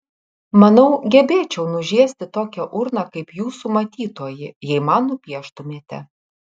manau gebėčiau nužiesti tokią urną kaip jūsų matytoji jei man nupieštumėte